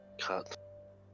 cut